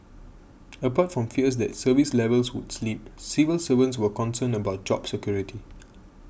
apart from fears that service levels would slip civil servants were concerned about job security